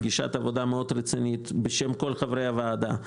פגישת עבודה מאוד רצינית בשם כל חברי הוועדה,